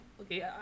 okay